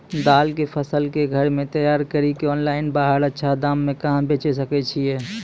दाल के फसल के घर मे तैयार कड़ी के ऑनलाइन बाहर अच्छा दाम मे कहाँ बेचे सकय छियै?